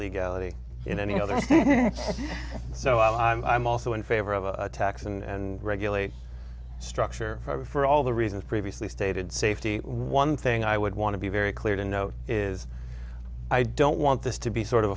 legality in any other so i'm also in favor of a tax and regulate structure for all the reasons previously stated safety one thing i would want to be very clear to note is i don't want this to be sort of